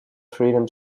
freedom